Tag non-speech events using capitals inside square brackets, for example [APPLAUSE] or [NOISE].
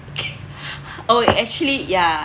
okay [BREATH] oh actually ya